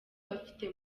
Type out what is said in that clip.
bafite